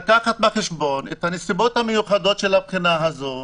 להביא בחשבון את הנסיבות המיוחדות של הבחינה הזאת,